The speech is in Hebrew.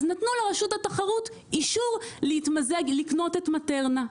אז רשות התחרות נתנו לה אישור לקנות את מטרנה.